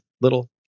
little